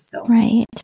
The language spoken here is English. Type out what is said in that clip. Right